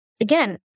again